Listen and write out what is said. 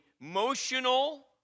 emotional